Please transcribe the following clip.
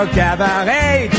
cabaret